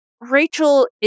Rachel